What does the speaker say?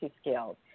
skills